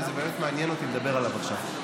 וזה באמת מעניין אותי לדבר עליו עכשיו.